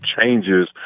changes